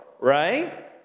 right